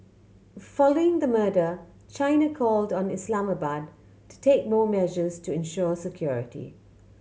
following the murder China called on Islamabad to take more measures to ensure security